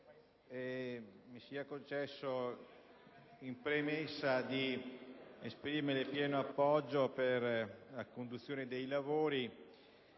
mi sia concesso in premessa di esprimerle il mio pieno appoggio per la conduzione dei lavori.